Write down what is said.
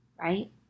Right